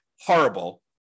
horrible